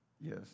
Yes